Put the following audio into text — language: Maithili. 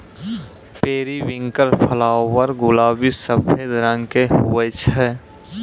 पेरीविंकल फ्लावर गुलाबी सफेद रंग के हुवै छै